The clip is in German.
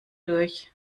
durch